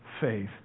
faith